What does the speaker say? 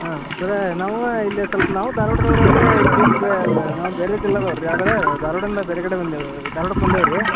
ಹಾಂ ಸರ ನಾವು ಇಲ್ಲಿ ಸ್ವಲ್ಪ ನಾವೂ ಧಾರ್ವಾಡ್ದವ್ರು ರೀ ಇಲ್ಲಿ ಬಿಟ್ಟು ನಾವು ಬೇರೆ ಜಿಲ್ಲಾದವ ರೀ ಆದರೆ ಧಾರವಾಡಿಂದ ಬೇರೆ ಕಡೆ ಬಂದೇವು ರೀ ಧಾರ್ವಾಡಕ್ಕೆ ಬಂದೇವು ರೀ